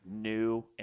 new